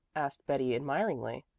asked betty admiringly.